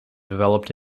developed